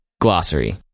glossary